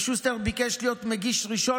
שוסטר ביקש להיות מגיש ראשון,